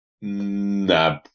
Nah